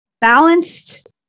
balanced